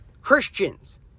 Christians